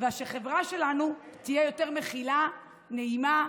ושהחברה שלנו תהיה יותר מכילה, נעימה.